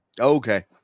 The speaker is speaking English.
Okay